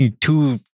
two